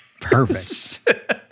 Perfect